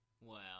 Wow